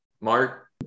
Mark